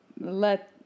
let